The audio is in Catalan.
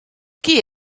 qui